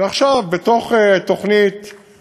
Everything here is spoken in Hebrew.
ועכשיו בתוך תוכנית הממשלה,